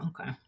okay